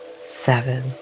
seven